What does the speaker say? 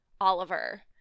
Oliver